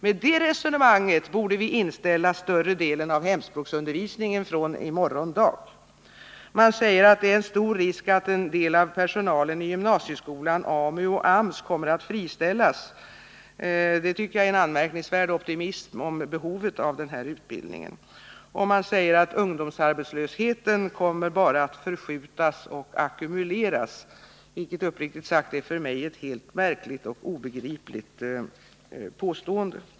Med det resonemanget borde vi inställa större delen av hemspråksundervisningen från i morgon dag. Man säger att det är en stor risk att en del av personalen i gymnasieskolan, AMU och AMS kommer att friställas. Det tycker jag är en anmärkningsvärd optimism i fråga om behovet av den här utbildningen. Man säger att ungdomsarbetslösheten bara kommer att förskjutas och ackumuleras, vilket uppriktigt sagt är ett för mig märkligt och helt obegripligt påstående.